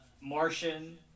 Martian